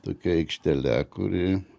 tokia aikštele kuri